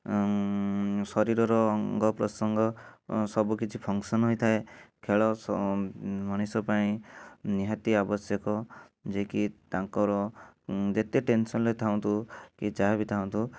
ଶରୀରର ଅଙ୍ଗପ୍ରତ୍ୟେଙ୍ଗ ସବୁ କିଛି ଫଙ୍କସନ୍ ହେଇଥାଏ ଖେଳ ସ ମଣିଷ ପାଇଁ ନିହାତି ଆବଶ୍ୟକ ଯିଏକି ତାଙ୍କର ଯେତେ ଟେନସନ୍ରେ ଥାଆନ୍ତୁ କି ଯାହା ବି ଥାଆନ୍ତୁ